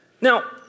Now